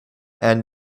and